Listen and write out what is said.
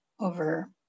over